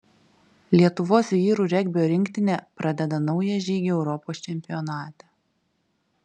lietuvos vyrų regbio rinktinė pradeda naują žygį europos čempionate